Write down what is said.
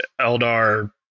Eldar